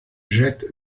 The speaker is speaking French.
jette